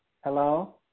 Hello